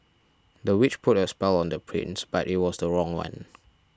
the witch put a spell on the prince but it was the wrong one